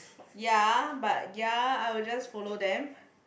ya but ya I will just follow them